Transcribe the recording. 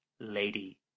Lady